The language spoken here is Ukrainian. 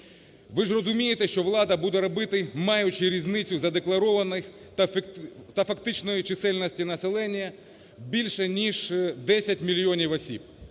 Ви ж розумієте, що влада буде робити, маючи різницю задекларованих та фактичної чисельності населення більше ніж 10 мільйонів осіб.